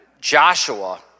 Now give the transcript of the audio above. Joshua